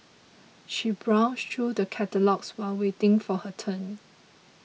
she browsed through the catalogues while waiting for her turn